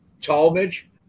Talmadge